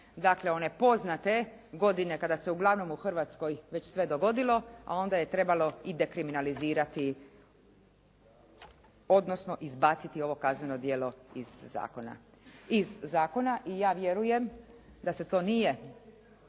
dakle one poznate godine kada se uglavnom u Hrvatskoj već sve dogodilo, a onda je trebalo i dekriminalizirati, odnosno izbaciti ovo kazneno djelo iz zakona, iz zakona i ja vjerujem da se to nije